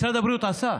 משרד הבריאות עשה,